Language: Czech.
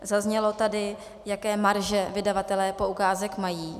Zaznělo tady, jaké marže vydavatelé poukázek mají.